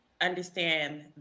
understand